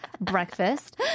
breakfast